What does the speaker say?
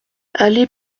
allée